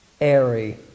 airy